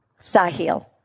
Sahil